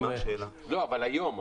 היום,